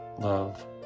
love